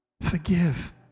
Forgive